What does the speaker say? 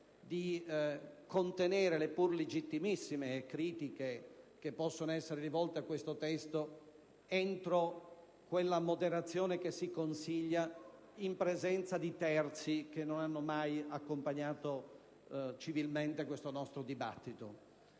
di contenere le pur legittime critiche che possono essere rivolte a questo testo entro quella moderazione che si consiglia in presenza di terzi che non hanno mai accompagnato civilmente il nostro dibattito,